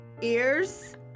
ears